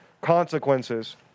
consequences